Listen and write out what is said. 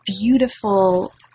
beautiful